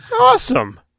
Awesome